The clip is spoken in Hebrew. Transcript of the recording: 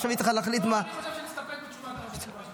עכשיו היא צריכה להחליט מה --- אני מציע שנסתפק בתשובה --- תודה.